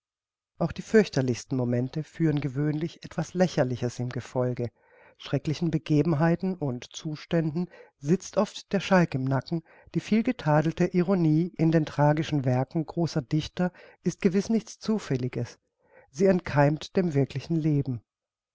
auch die fürchterlichsten momente führen gewöhnlich etwas lächerliches im gefolge schrecklichen begebenheiten und zuständen sitzt oft der schalk im nacken die vielgetadelte ironie in den tragischen werken großer dichter ist gewiß nichts zufälliges sie entkeimt dem wirklichen leben